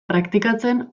praktikatzen